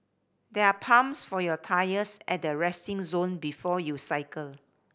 there are pumps for your tyres at the resting zone before you cycle